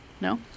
No